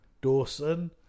Dawson